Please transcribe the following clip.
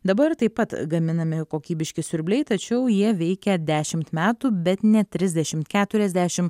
dabar taip pat gaminami kokybiški siurbliai tačiau jie veikia dešimt metų bet ne trisdešimt keturiasdešim